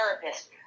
therapist